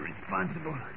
responsible